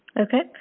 Okay